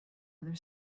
other